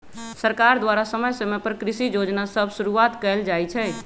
सरकार द्वारा समय समय पर कृषि जोजना सभ शुरुआत कएल जाइ छइ